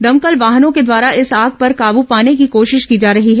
दमकल वाहनों के द्वारा इस आग पर काबू पाने की कोशिश की जा रही है